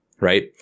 right